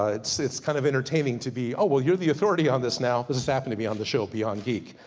ah it's kinda kind of entertaining to be, oh well your the authority on this now. this happened to be on the show beyond geek.